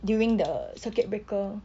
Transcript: during the circuit breaker